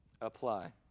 Apply